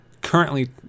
currently